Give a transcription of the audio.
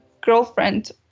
girlfriend